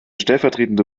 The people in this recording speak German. stellvertretende